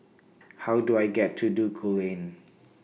How Do I get to Duku Lane